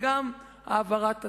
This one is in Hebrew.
וגם העברת התקציב,